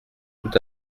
tout